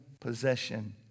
possession